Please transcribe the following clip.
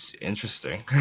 Interesting